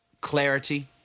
clarity